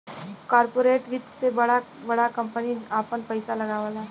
corporate वित्त मे बड़ा बड़ा कम्पनी आपन पइसा लगावला